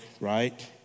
right